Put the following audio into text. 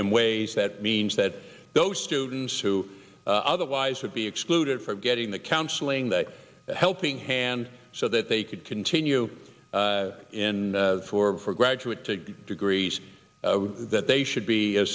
in ways that means that those students who otherwise would be excluded from getting the counseling that a helping hand so that they could continue in order for graduate degrees that they should be